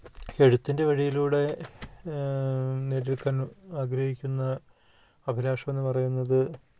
എഴുത്തിൻ്റെ വഴിയിലൂടെ നേടിയെടുക്കാൻ ആഗ്രഹിക്കുന്ന അഭിലാഷം എന്നു പറയുന്നത്